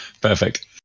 perfect